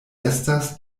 estas